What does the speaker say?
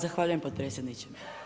Zahvaljujem potpredsjedniče.